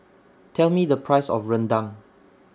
Tell Me The Price of Rendang